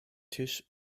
tisch